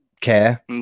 care